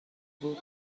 بود